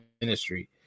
ministry